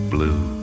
Blue